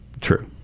True